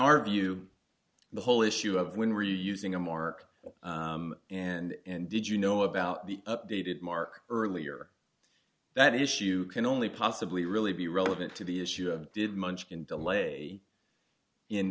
our view the whole issue of when reusing a mark and did you know about the updated mark earlier that issue can only possibly really be relevant to the issue of did munchkin delay in